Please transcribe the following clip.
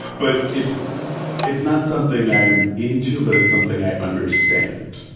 but it's it's not something i'm into but it's something i understand.